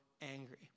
angry